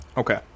Okay